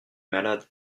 malade